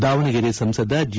ದಾವಣಗೆರೆ ಸಂಸದ ಜಿ